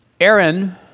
Aaron